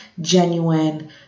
genuine